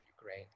Ukraine